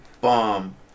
bomb